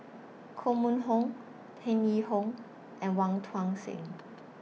Koh Mun Hong Tan Yee Hong and Wong Tuang Seng